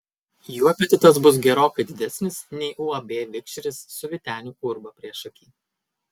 jų apetitas bus gerokai didesnis nei uab vikšris su vyteniu urba priešaky